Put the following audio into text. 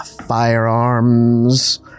firearms